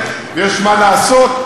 ויש מה לעשות,